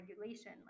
regulation